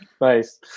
Nice